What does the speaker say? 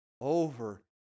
over